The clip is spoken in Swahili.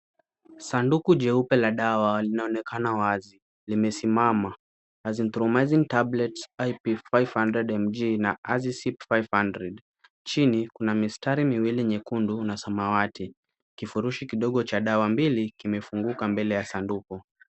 Sanduku jeupe la dawa linaonekana wazi, limesimama Azithromycyn tablets IP500 na AZP500.Chini kuna mistari miwili nyekundu na samawati. Kifurushi kidogo cha dawa mbili kimefunguka mbele ya sanduku.